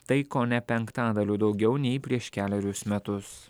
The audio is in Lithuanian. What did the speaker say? tai kone penktadaliu daugiau nei prieš kelerius metus